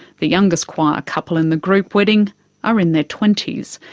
the youngest qwire couple in the group wedding are in their twenty s.